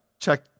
Check